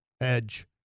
edge